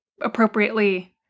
appropriately